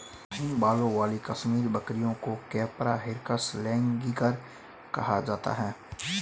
महीन बालों वाली कश्मीरी बकरियों को कैपरा हिरकस लैनिगर कहा जाता है